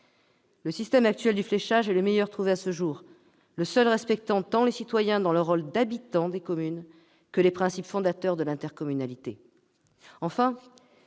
Le système actuel du fléchage est le meilleur trouvé à ce jour, le seul respectant tant les citoyens dans leur rôle d'habitants des communes que les principes fondateurs de l'intercommunalité.